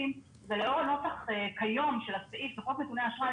לאור הנוסח הקיים היום של הסעיף בחוק נתוני אשראי,